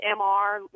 MR